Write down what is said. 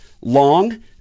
long